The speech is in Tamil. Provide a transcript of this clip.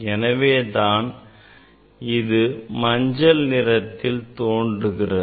எனவேதான் இது மஞ்சள் நிறத்தில் தோன்றுகிறது